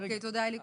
תודה, אליקו.